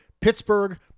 Pittsburgh